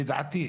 לדעתי,